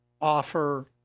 offer